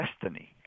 destiny